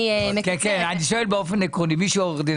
את החלטת שמי שהוא גם עורך דין